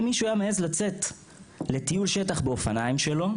אם מישהו היה מעז לצאת לטיול שטח באופניים שלו,